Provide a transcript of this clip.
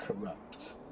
corrupt